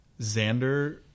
xander